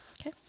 Okay